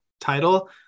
title